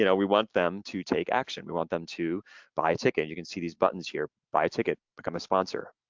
you know we want them to take action, we want them to buy a ticket, you can see these buttons here, buy a ticket, become a sponsor,